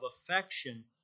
affection